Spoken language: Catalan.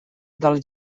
del